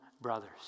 brothers